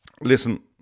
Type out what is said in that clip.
Listen